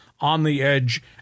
on-the-edge